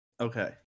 Okay